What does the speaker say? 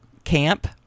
Camp